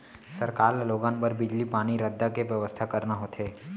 सरकार ल लोगन बर बिजली, पानी, रद्दा के बेवस्था करना होथे